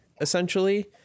essentially